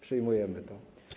Przyjmujemy to.